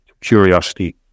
curiosity